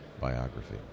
biography